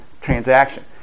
transaction